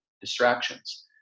distractions